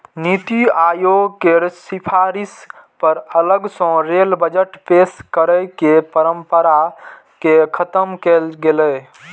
नीति आयोग केर सिफारिश पर अलग सं रेल बजट पेश करै के परंपरा कें खत्म कैल गेलै